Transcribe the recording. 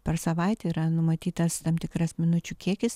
per savaitę yra numatytas tam tikras minučių kiekis